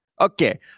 Okay